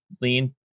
lean